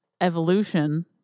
Evolution